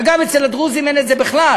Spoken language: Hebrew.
אגב, אצל הדרוזים אין בכלל,